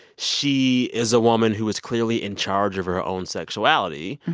she is a woman who is clearly in charge of her own sexuality.